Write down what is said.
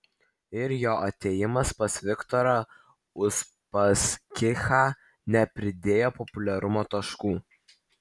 ir jo atėjimas pas viktorą uspaskichą nepridėjo populiarumo taškų